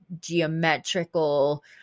geometrical